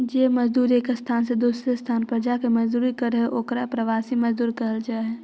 जे मजदूर एक स्थान से दूसर स्थान पर जाके मजदूरी करऽ हई ओकर प्रवासी मजदूर कहल जा हई